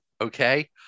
okay